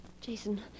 Jason